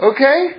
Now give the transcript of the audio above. Okay